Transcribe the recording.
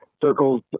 circles